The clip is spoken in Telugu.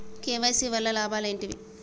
కే.వై.సీ వల్ల లాభాలు ఏంటివి?